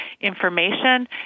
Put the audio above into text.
information